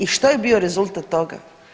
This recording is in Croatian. I što je bio rezultat toga?